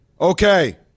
Okay